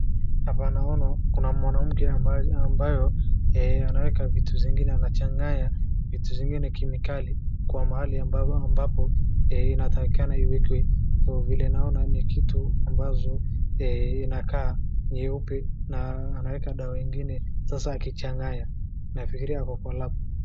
Hapa naona kuna mwanamke ambayo anaweka vitu zingine anachanganya vitu zingine kemikali kwa mahali ambapo inatakikana iwekwe. so vile naona ni kitu ambazo inakaa nyeupe na anaeka dawa ingine sasa akichanganya. Nafikiria ako kwa lab .